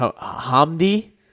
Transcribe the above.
Hamdi